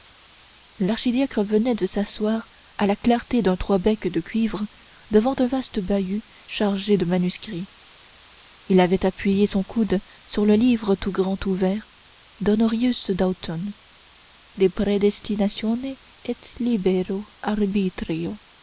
l'archidiacre venait de s'asseoir à la clarté d'un trois becs de cuivre devant un vaste bahut chargé de manuscrits il avait appuyé son coude sur le livre tout grand ouvert d'honorius d'autun de